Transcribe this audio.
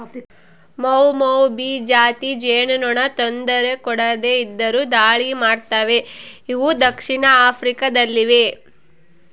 ಮೌಮೌಭಿ ಜಾತಿ ಜೇನುನೊಣ ತೊಂದರೆ ಕೊಡದೆ ಇದ್ದರು ದಾಳಿ ಮಾಡ್ತವೆ ಇವು ದಕ್ಷಿಣ ಆಫ್ರಿಕಾ ದಲ್ಲಿವೆ